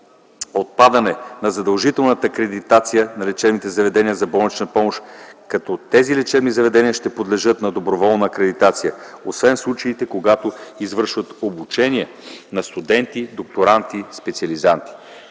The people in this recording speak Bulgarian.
Отпадане на задължителната акредитация на лечебните заведения за болнична помощ като тези лечебни заведения ще подлежат на доброволна акредитация, освен в случаите, когато извършват обучение на студенти, докторанти и специализанти.